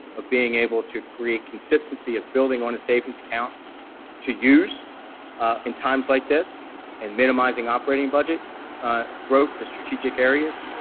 of being able to create consistency of building on a savings account to use in times like this and minimizing operating budget growth to strategic areas.